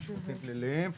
הם שפוטים פליליים.